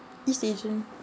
east asian